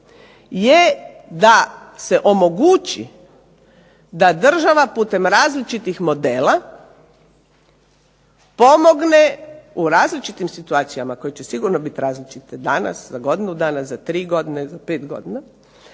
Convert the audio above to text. je da se omogući da država putem različitih modela pomogne u različitim situacijama koje će sigurno biti različite danas, za godinu dana, za tri godine, za pet godina